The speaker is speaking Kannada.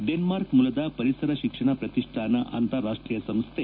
ಡೆನ್ನಾರ್ಕ್ ಮೂಲದ ಪರಿಸರ ಶಿಕ್ಷಣ ಪ್ರತಿಷ್ಣಾನ ಅಂತಾರಾಷ್ಷೀಯ ಸಂಸ್ಥೆ